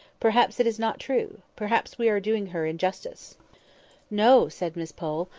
perhaps it is not true. perhaps we are doing her injustice no, said miss pole.